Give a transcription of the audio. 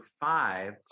five